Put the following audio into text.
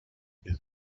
his